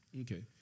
Okay